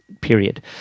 period